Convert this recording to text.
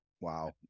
wow